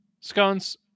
Scones